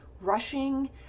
rushing